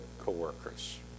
co-workers